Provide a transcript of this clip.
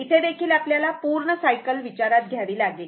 इथे देखील आपल्याला पूर्ण सायकल विचारात घ्यावी लागेल